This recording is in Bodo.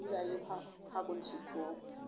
बिदिखौबो जायो फागुन सैत्रआव